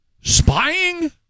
Spying